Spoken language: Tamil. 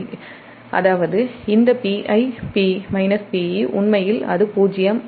அதாவது இந்த Pi Pe உண்மையில் அது '0' அல்ல